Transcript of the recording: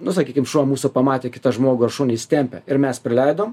nu sakykim šuo mūsų pamatė kitą žmogų ar šunį jis tempia ir mes prileidom